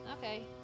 Okay